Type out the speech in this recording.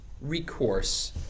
recourse